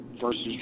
versus